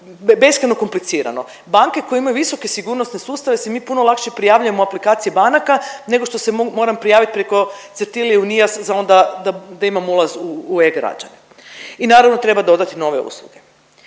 beskrajno komplicirano. Banke koje imaju visoke sigurnosne sustave se mi puno lakše prijavljujemo u aplikacije banaka neko što se moram prijaviti preko Certiliu NIAS za onda da imam ulaz u e-građane. I naravno treba dodati nove usluge.